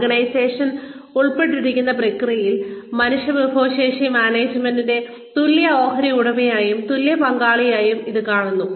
organisation ഉൾപ്പെട്ടിരിക്കുന്ന പ്രക്രിയയിൽ മനുഷ്യവിഭവശേഷി മാനേജ്മെന്റിനെ തുല്യ ഓഹരി ഉടമയായും തുല്യ പങ്കാളിയായും ഇത് കാണുന്നു